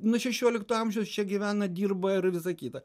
nuo šešiolikto amžiaus čia gyvena dirba ir visa kita